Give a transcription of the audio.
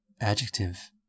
Adjective